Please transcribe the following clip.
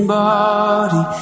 body